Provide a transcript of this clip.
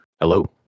Hello